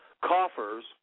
coffers